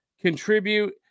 contribute